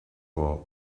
war